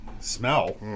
smell